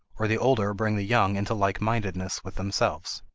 or the older bring the young into like-mindedness with themselves.